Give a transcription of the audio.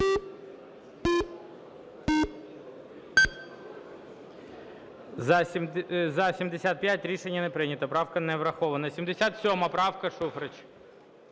За-75 Рішення не прийнято. Правка не врахована. 77 правка, Шуфрич.